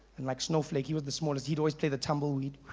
and like snowflake, he was the smallest he'd always play the tumbleweed.